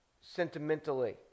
sentimentally